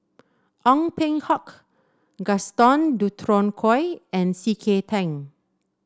Ong Peng Hock Gaston Dutronquoy and C K Tang